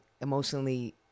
emotionally